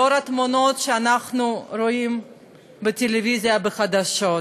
לנוכח התמונות שאנחנו רואים בטלוויזיה, בחדשות.